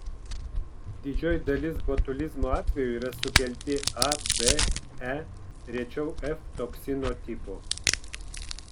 didžioji dalis botulizmo atvejų yra sukelti a b e rečiau f toksino tipų